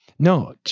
No